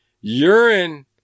urine